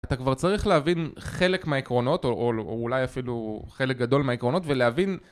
אתה כבר צריך להבין חלק מהעקרונות או אולי אפילו חלק גדול מהעקרונות ולהבין